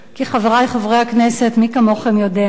כי, חברי חברי הכנסת, מי כמוכם יודע,